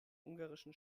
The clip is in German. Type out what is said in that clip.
ungarischen